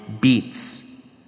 beats